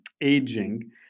aging